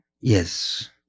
Yes